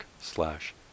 slash